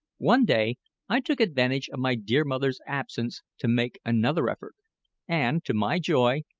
one day i took advantage of my dear mother's absence to make another effort and, to my joy,